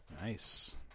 Nice